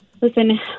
listen